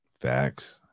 facts